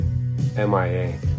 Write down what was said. MIA